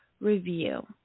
review